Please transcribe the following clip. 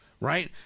right